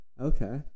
Okay